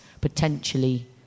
potentially